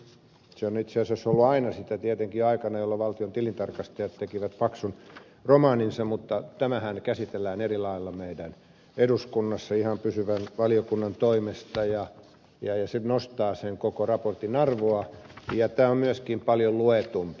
se on itse asiassa ollut aina sitä tietenkin aikana jolloin valtiontilintarkastajat teki paksun romaaninsa mutta tämähän käsitellään eri lailla meidän eduskunnassa ihan pysyvän valiokunnan toimesta ja se nostaa sen koko raportin arvoa ja tämä on myöskin paljon luetumpi